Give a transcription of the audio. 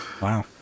wow